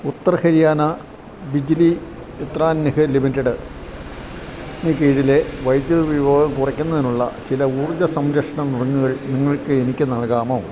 ഉത്തർ ഹരിയാന ബിജ്ലി വിത്രാൻ നിഗം ലിമിറ്റഡിന് കീഴിലെ വൈദ്യുതി ഉപയോഗം കുറയ്ക്കുന്നതിനുള്ള ചില ഊർജ്ജസംരക്ഷണ നുറുങ്ങുകൾ നിങ്ങൾക്ക് എനിക്ക് നൽകാമോ